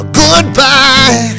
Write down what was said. goodbye